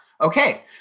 Okay